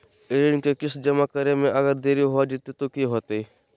ऋण के किस्त जमा करे में अगर देरी हो जैतै तो कि होतैय?